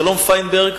אבשלום פיינברג